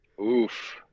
Oof